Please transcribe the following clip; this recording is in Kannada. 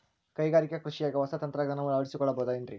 ಕೈಗಾರಿಕಾ ಕೃಷಿಯಾಗ ಹೊಸ ತಂತ್ರಜ್ಞಾನವನ್ನ ಅಳವಡಿಸಿಕೊಳ್ಳಬಹುದೇನ್ರೇ?